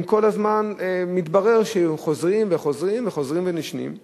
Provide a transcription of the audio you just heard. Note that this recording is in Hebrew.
כל הזמן מתברר שחוזרות וחוזרות וחוזרות ונשנות.